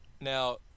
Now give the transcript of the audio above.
now